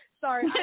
sorry